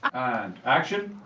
and, action!